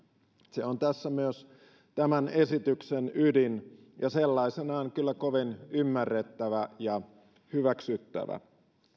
se on myös tämän esityksen ydin ja sellaisenaan kyllä kovin ymmärrettävä ja hyväksyttävä